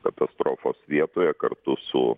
katastrofos vietoje kartu su